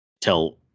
tell